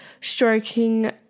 stroking